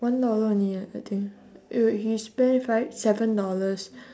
one dollar only eh I think eh wait he spend five seven dollars